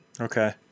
Okay